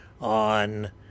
on